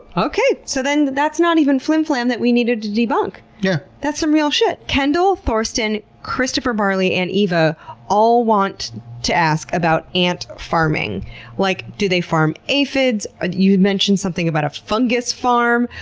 okay. so then that's not even flimflam that we needed to debunk. yeah that's some real shit. kendall thorston, christopher barley, and eva all want to ask about ant farming like do they farm aphids? ah you mentioned something about a fungus farm.